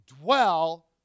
dwell